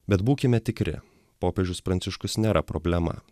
bet būkime tikri popiežius pranciškus nėra problema